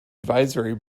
advisory